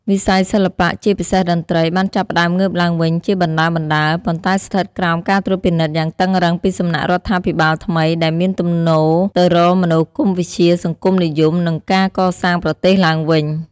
វិស័យសិល្បៈ ជាពិសេសតន្ត្រី បានចាប់ផ្ដើមងើបឡើងវិញជាបណ្ដើរៗ ប៉ុន្តែស្ថិតក្រោមការត្រួតពិនិត្យយ៉ាងតឹងរ៉ឹងពីសំណាក់រដ្ឋាភិបាលថ្មី ដែលមានទំនោរទៅរកមនោគមវិជ្ជាសង្គមនិយម និងការកសាងប្រទេសឡើងវិញ។